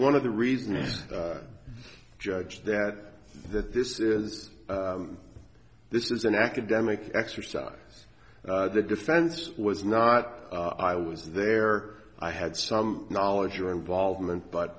one of the reasons judge that that this is this is an academic exercise the defense was not i was there i had some knowledge or involvement but